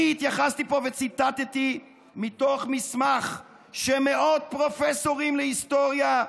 אני התייחסתי פה וציטטתי מתוך מסמך של מאות פרופסורים להיסטוריה,